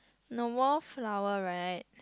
you know wallflower right